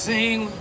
Sing